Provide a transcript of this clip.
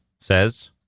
says